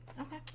Okay